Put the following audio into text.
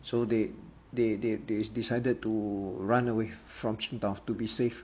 so they they they they decided to run away from 青岛 to be safe